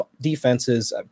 defenses